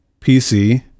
PC